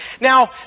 Now